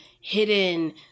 hidden